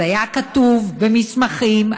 זה היה כתוב במסמכים,